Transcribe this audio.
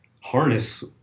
Harness